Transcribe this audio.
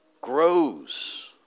grows